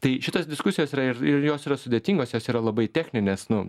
tai šitos diskusijos yra ir ir jos yra sudėtingos jos yra labai techninės nu